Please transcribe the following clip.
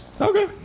Okay